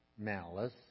malice